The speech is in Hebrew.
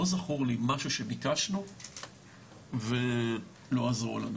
לא זכור לי משהו שביקשנו ולא עזרו לנו.